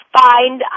find